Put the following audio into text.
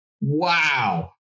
wow